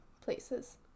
places